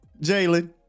Jalen